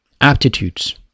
aptitudes